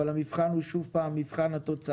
אבל המבחן הוא שוב פעם, מבחן התוצאה.